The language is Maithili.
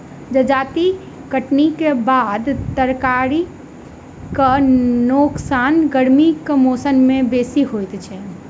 जजाति कटनीक बाद तरकारीक नोकसान गर्मीक मौसम मे बेसी होइत अछि